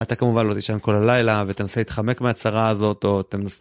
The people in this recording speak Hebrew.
אתה כמובן לא תשען כל הלילה ותנסה להתחמק מההצהרה הזאת או תנסה...